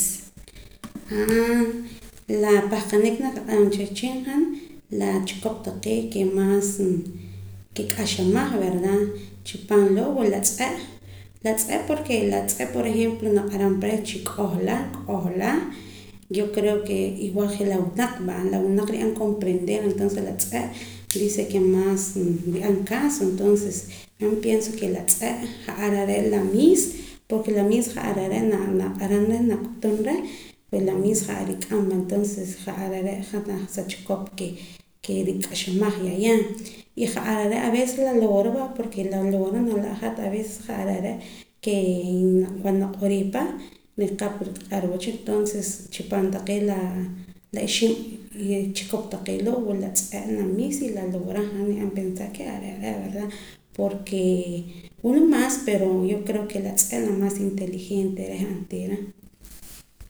la pahqanik nakaq'aram cha wehchin han la chikop taqee' maas nkik'axamaj verda chi paam loo wula la tz'e' la tz'e' porke por ejemplo la tz'e' naq'aram pa reh chik'ihla k'ohla yo creo que igual je' la winaq verda la winaq nrib'an comprender entonce la tz'e' dice que maas nrib'an caso entoces han pienso ke la tz'e' ja'ar are' la miis porke la miis ja'ar are' naq'aram reh nak'utum reh pues la miis ja'ar nrik'am ja'ar are' janaj sa chikop ke nrik'axamaj ya ya y ja'ara re' la loora avece verda porke la loora ke lal loora nala' hat ja'ar are' cuando naq'or'ee pa nriqa nqarwa cha entonces chipaam la oxib' taqee' chikop loo' wula la tz'e' la miis y la loora jan ni'an pensar ke are' re' porke wula maas pero yo cheoo ke la tz'e' la maas inteligente reh onteera